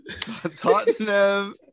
Tottenham